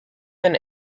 than